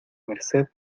merced